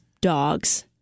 dogs